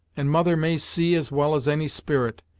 and mother may see as well as any spirit.